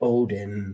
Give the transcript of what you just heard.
Odin